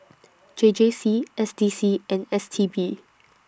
J J C S D C and S T B